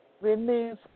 Remove